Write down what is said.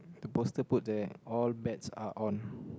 the poster put there all bets are on